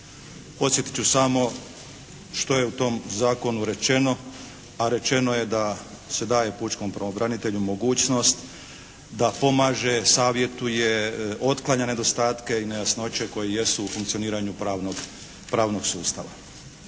Podsjetit ću samo što je u tom zakonu rečeno a rečeno je da se daje pučkom pravobranitelju mogućnost da pomaže, savjetuje, otklanja nedostatke i nejasnoće koje jesu u funkcioniranju pravnog sustava.